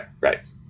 right